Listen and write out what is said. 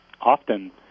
Often